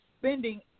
spending